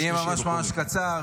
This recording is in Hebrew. אני אהיה ממש ממש קצר.